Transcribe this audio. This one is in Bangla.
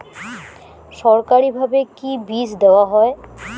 সরকারিভাবে কি বীজ দেওয়া হয়?